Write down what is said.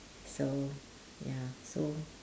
so ya so